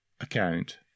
account